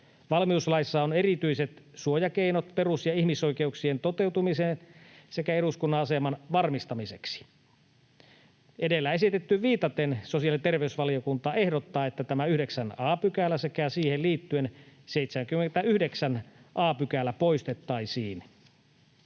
Valmiuslaissa on erityiset suojakeinot perus‑ ja ihmisoikeuksien toteutumiseen sekä eduskunnan aseman varmistamiseksi. Edellä esitettyyn viitaten sosiaali‑ ja terveysvaliokunta ehdottaa, että tämä 9 a § sekä siihen liittyen 79 a § poistettaisiin.